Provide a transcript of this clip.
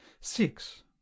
six